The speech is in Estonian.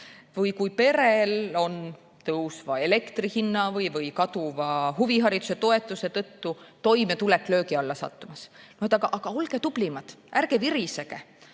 või kui perel on tõusva elektri hinna või kaduva huviharidustoetuse tõttu toimetulek löögi alla sattumas. No aga olge tublimad! Ärge virisege!